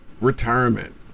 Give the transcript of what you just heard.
retirement